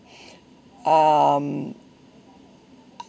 um